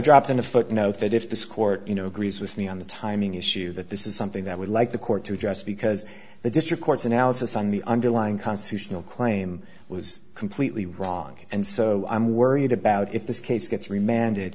dropped in a footnote that if this court you know agrees with me on the timing issue that this is something i would like the court to just because the district court's analysis on the underlying constitutional claim was completely wrong and i'm worried about if this case gets remanded